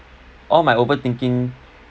all my overthinking